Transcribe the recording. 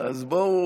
אז בואו,